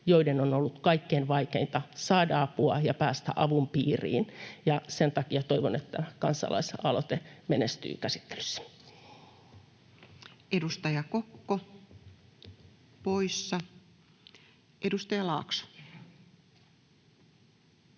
joiden on ollut kaikkein vaikeinta saada apua ja päästä avun piiriin, ja sen takia toivon, että kansalais-aloite menestyy käsittelyssä. [Speech 59] Speaker: